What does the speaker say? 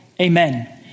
amen